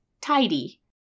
tidy